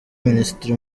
minisitiri